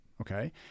Okay